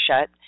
shut